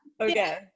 okay